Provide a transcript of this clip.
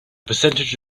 percentage